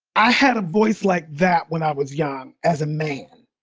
i had a voice like that when i was young as a man.